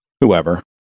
whoever